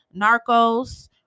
Narcos